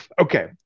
okay